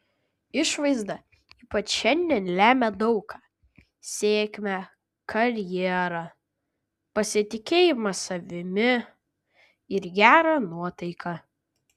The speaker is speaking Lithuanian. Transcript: išvaizda ypač šiandien lemia daug ką sėkmę karjerą pasitikėjimą savimi ir gerą nuotaiką